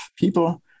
people